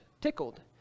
tickled